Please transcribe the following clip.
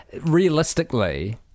Realistically